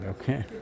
okay